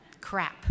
Crap